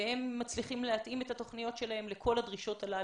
והם מצליחים להתאים את התוכניות שלהם לכל הדרישות הללו,